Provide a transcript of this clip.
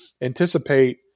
anticipate